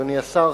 אדוני השר,